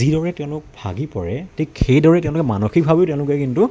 যিদৰে তেওঁলোক ভাগি পৰে ঠিক সেইদৰে তেওঁলোকে মানসিকভাৱেও তেওঁলোকে কিন্তু